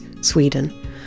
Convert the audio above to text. Sweden